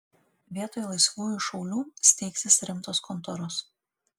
vietoj laisvųjų šaulių steigsis rimtos kontoros